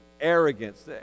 arrogance